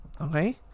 okay